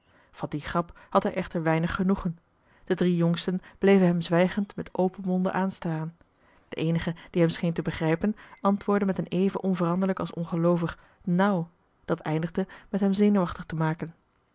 van die grap had hij echter weinig genoegen de drie jongsten bleven hem zwijgend met open monden aanstaren de eenige die hem scheen te begrijpen antwoordde met een even onveranderlijk als ongeloovig nou dat eindigde met hem zenuwachtig te maken